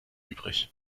übrig